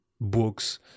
books